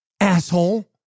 asshole